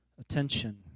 attention